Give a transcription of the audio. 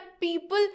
people